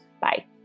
Bye